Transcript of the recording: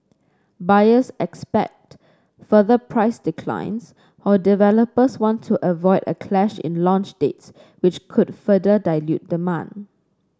buyers expect further price declines while developers want to avoid a clash in launch dates which could further dilute demand